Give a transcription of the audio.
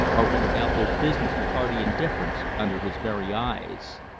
or went about their business with hardy indifference under his very eyes.